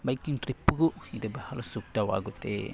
biking ಟ್ರಿಪ್ಪಿಗೂ ಇದು ಬಹಳ ಸೂಕ್ತವಾಗುತ್ತೆ